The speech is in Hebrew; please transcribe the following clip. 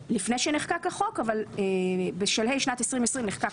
עוד לפני שנחקק החוק אבל בשלהי שנת 2020 נחקק